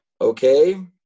Okay